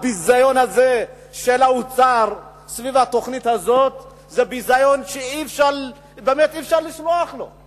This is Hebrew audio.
הביזיון הזה של האוצר סביב התוכנית הזאת זה ביזיון שאי-אפשר לסלוח עליו.